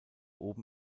oben